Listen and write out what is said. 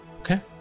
okay